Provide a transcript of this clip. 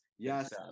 Yes